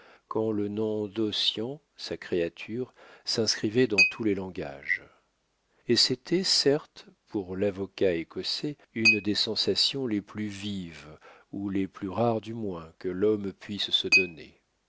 quand le nom d'ossian sa créature s'inscrivait dans tous les langages et c'était certes pour l'avocat écossais une des sensations les plus vives ou les plus rares du moins que l'homme puisse se donner